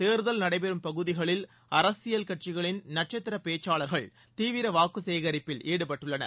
தேர்தல் நடைபெறும் பகுதிகளில் அரசியல் கட்சிகளின் நட்சத்திர பேச்சாளர்கள் தீவிர வாக்கு சேகரிப்பில் ஈடுபட்டுள்ளனர்